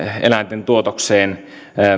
eläinten tuotokseen